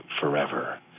forever